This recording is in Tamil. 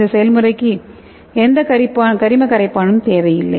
இந்த செயல்முறைக்கு எந்த கரிம கரைப்பான் தேவையில்லை